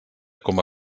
coma